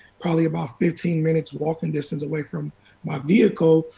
probably about fifteen minutes walking distance away from my vehicle,